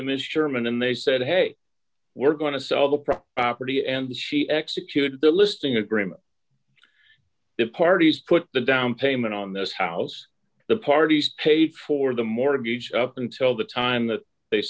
to miss sherman and they said hey we're going to sell the property and she executed the listing agreement the parties put the down payment on this house the parties paid for the mortgage up until the time that they